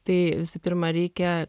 tai visų pirma reikia